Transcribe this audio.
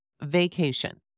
Vacation